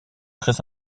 très